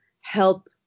help